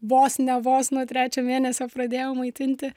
vos ne vos nuo trečio mėnesio pradėjau maitinti